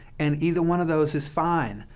and either one of those is fine.